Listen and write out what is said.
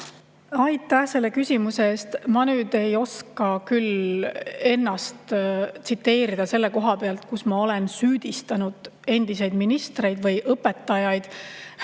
Aitäh selle küsimuse eest! Ma ei oska küll ennast tsiteerida selle koha pealt, kus ma olen süüdistanud endiseid ministreid või õpetajaid